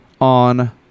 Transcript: on